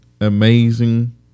amazing